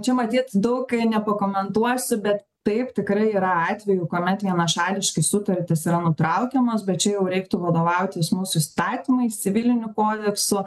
čia matyt daug nepakomentuosiu bet taip tikrai yra atvejų kuomet vienašališkai sutartys yra nutraukiamos bet čia jau reiktų vadovautis mūsų įstatymais civiliniu kodeksu